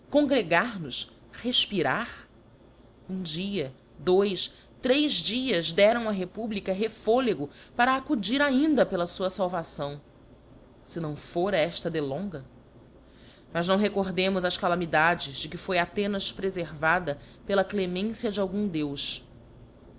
exiftir congregar nos refpirar um dia dois três dias deram á republica reífolego para acudir ainda pela fua falvação sc não fora efta delonga mas não recordemos as calamidades de que foi athenas prefervada pela clemência de algum deus